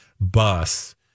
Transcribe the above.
bus